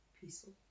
peaceful